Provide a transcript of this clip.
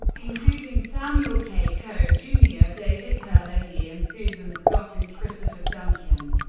including samuel k. cohn, jr. david herlihy, and susan scott and christopher duncan.